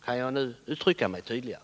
Kan jag nu uttrycka mig tydligare?